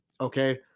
Okay